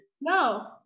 No